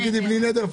תגידי: בלי נדר,